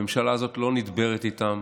הממשלה הזאת לא נדברת איתם